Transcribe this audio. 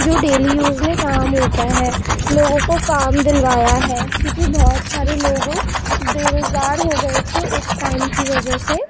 جو daily use میں کام ہوتا ہے لوگوں کو کام دلوایا ہے کیونکہ بہت سارے لوگوں بے روز گار ہو گئے تھے اس ٹائم کی وجہ سے